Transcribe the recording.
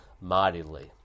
mightily